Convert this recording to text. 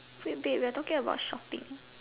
wait bit we're talking about shopping